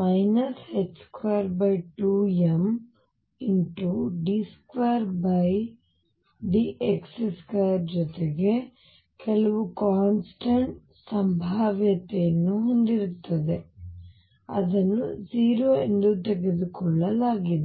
22md2dx2 ಜೊತೆಗೆ ಕೆಲವು constant ಸಂಭಾವ್ಯತೆಯನ್ನು ಹೊಂದಿರುತ್ತದೆ 0 ಎಂದು ತೆಗೆದುಕೊಳ್ಳಲಾಗಿದೆ